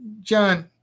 John